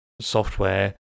software